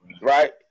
right